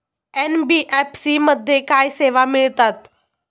NBFC मध्ये काय सेवा मिळतात?